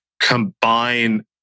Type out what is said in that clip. combine